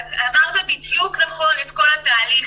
עברת בדיוק את כל התהליך,